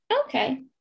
Okay